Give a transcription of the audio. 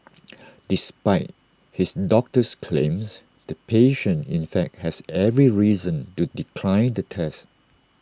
despite his doctor's claims the patient in fact has every reason to decline the test